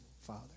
father